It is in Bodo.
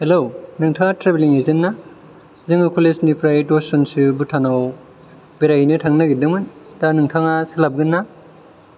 हेलौ नोंथाङा ट्रेभेलिं एजेन्ट ना जोङो कलेज निफ्राय दस जन सो भुतान याव बेरायहैनो थांनो नागिरदोंमोन दा नोंथाङा सोलाबगोनना